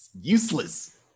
useless